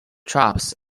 troops